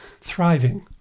thriving